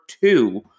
two